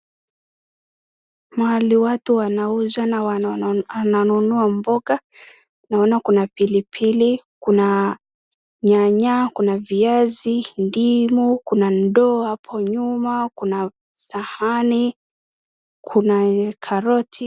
Mahali watu wanauza ,ananunua boga naona kuna pilipili, kuna nyanya, kuna viazi, dimu kuna doo hapo nyuma, kuna sahani, kuna karoti.